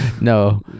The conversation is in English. No